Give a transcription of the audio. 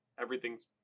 everything's